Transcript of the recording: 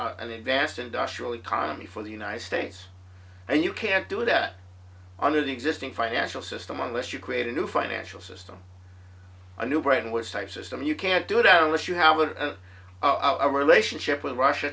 the advanced industrial economy for the united states and you can't do that under the existing financial system unless you create a new financial system a new brain which type system you can't do it out unless you have a relationship with russia